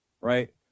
right